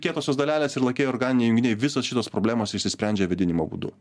kietosios dalelės ir lakieji organiniai junginiai visos šitos problemos išsisprendžia vėdinimo būdu